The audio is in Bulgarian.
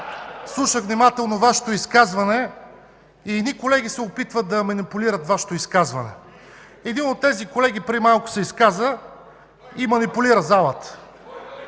Слушах внимателно Вашето изказване и едни колеги се опитват да го манипулират. Един от тези колеги преди малко се изказа и манипулира залата.